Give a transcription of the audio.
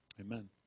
amen